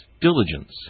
diligence